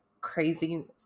crazy